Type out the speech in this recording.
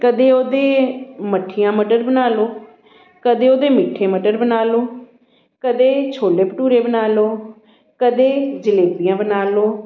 ਕਦੇ ਉਹਦੇ ਮੱਠੀਆਂ ਮਟਰ ਬਣਾ ਲਉ ਕਦੇ ਉਹਦੇ ਮਿੱਠੇ ਮਟਰ ਬਣਾ ਲਉ ਕਦੇ ਛੋਟੇ ਭਟੂਰੇ ਬਣਾ ਲਉ ਕਦੇ ਜਲੇਬੀਆਂ ਬਣਾ ਲਉ